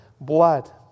blood